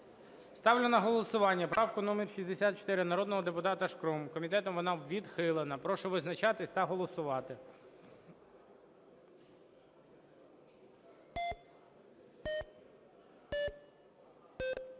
Ставлю на голосування правку номер 64 народного депутата Шкрум. Комітетом вона відхилена. Прошу визначатись та голосувати.